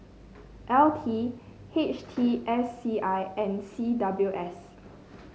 L T H T S C I and C W S